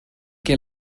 que